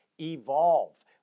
Evolve